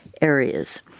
areas